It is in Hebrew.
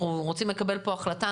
אנחנו רוצים לקבל פה החלטה.